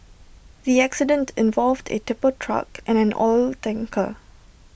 the accident involved A tipper truck and an oil tanker